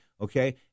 Okay